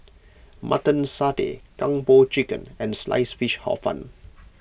Mutton Satay Kung Po Chicken and Sliced Fish Hor Fun